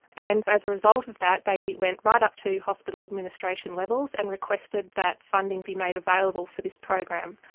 and as a result of that they went right up to hospital administration levels and requested that funding be made available for this program,